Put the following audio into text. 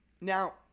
Now